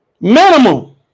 Minimum